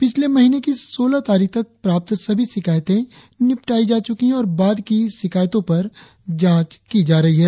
पिछले महीने की सोलह तारीख तक प्राप्त सभी शिकायतें निपटाई जा चुकी है और बाद की शिकायतों पर जांच की जा रही है